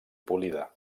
polida